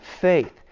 faith